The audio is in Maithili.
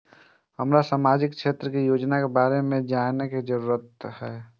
हमरा सामाजिक क्षेत्र के योजना के बारे में जानय के जरुरत ये?